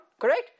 correct